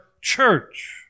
church